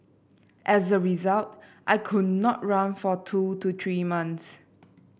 as a result I could not run for two to three months